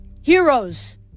Heroes